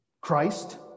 Christ